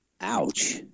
Ouch